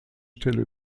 stelle